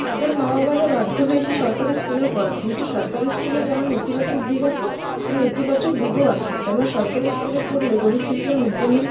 তাদের মা বাবারা বাধ্য হয়ে সে সরকারি স্কুলেই পড়ান কিন্তু সরকারি স্কুলে যেমন নেতিবাচক দিক আছে তেমন ইতিবাচক দিকও আছে যেমন সরকারি স্কুলে পড়লে গরিব শিশুরা মিড ডে মিল